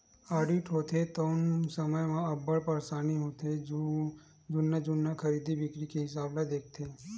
audit होथे तउन समे म अब्बड़ परसानी होथे जुन्ना जुन्ना खरीदी बिक्री के हिसाब ल देखथे